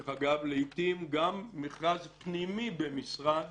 דרך אגב, לעתים גם מכרז פנימי במשרד